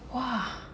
!wah!